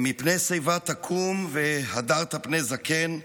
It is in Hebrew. "מפני שיבה תקום והדרת פני זקן",